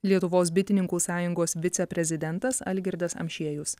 lietuvos bitininkų sąjungos viceprezidentas algirdas amšiejus